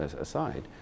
aside